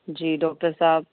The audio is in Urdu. جی ڈاکٹر صاحب